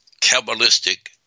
Kabbalistic